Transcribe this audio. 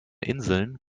inseln